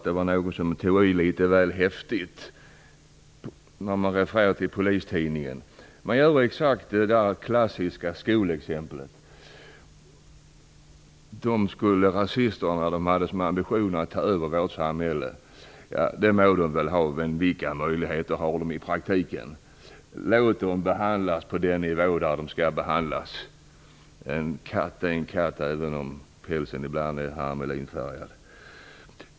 Det var någon som tog i litet väl häftigt, tycker jag, och refererade till Polistidningen. Det är exakt det klassiska skolexemplet. Man säger att rasisterna har som ambition att ta över vårt samhälle. Det må de väl ha, men vilka möjligheter har de i praktiken? Låt dem behandlas på den nivå där de skall behandlas! En katt är en katt, även om pälsen ibland är hermelinfärgad.